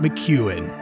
McEwen